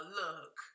look